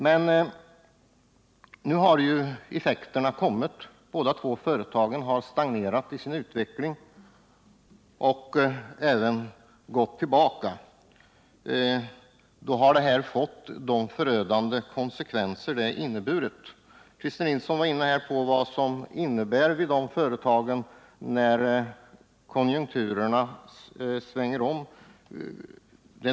Men nu har effekterna kommit. Båda dessa företag har stagnerat och även gått något tillbaka, och då har vi fått dessa förödande konsekvenser. Christer Nilsson var inne på vad det innebär vid dessa företag när konjunkturerna svänger.